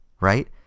right